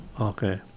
Okay